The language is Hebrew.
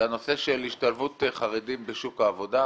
שהנושא של השתלבות חרדים בשוק העבודה,